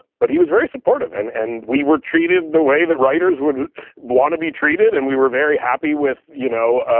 but he was very supportive, and and we were treated the way that writers would want to be treated and we were very happy with, you know,